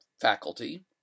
faculty